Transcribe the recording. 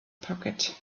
pocket